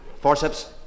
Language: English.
Forceps